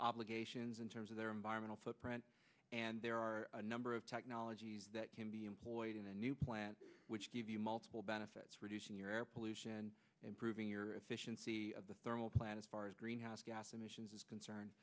obligations in terms of their environmental footprint and there are a number of technologies that can be employed in the new plant which give you multiple benefits reducing your air pollution improving your efficiency of the thermal plant as far as greenhouse gas emissions is concerned